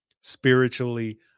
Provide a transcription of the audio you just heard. spiritually